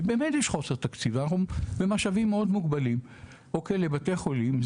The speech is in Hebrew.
ויש חוסר תקציב והמשאבים מאוד מוגבלים לבתי חולים,